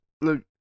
look